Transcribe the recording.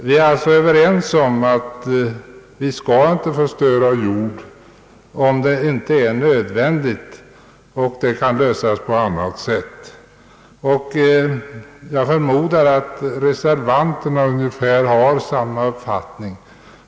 Vi är alltså överens om att vi inte skall förstöra jord om det inte är nödvändigt och frågan kan lösas på annat sätt. Jag förmodar att reservanterna har ungefär samma uppfattning.